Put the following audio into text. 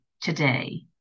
today